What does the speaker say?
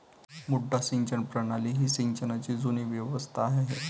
मुड्डा सिंचन प्रणाली ही सिंचनाची जुनी व्यवस्था आहे